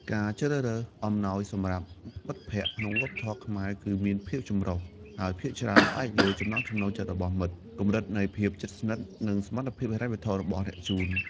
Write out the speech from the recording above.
ការជ្រើសរើសអំណោយសម្រាប់មិត្តភក្តិក្នុងវប្បធម៌ខ្មែរគឺមានភាពចម្រុះ ហើយភាគច្រើនផ្អែកលើចំណង់ចំណូលចិត្តរបស់មិត្ត កម្រិតនៃភាពជិតស្និទ្ធ និងសមត្ថភាពហិរញ្ញវត្ថុរបស់អ្នកជូន។